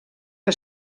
que